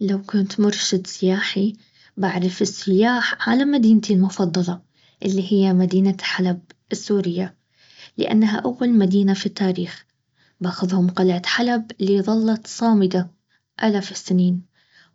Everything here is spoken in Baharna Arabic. لو كنت مرشد سياحي بعرف السياح على مدينتي المفضلة اللي هي مدينة حلب السورية لانها اول مدينة في التاريخ. باخذهم قلعة حلب اللي ظلت صامدة الاف السنين.